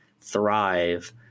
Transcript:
thrive